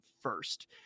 first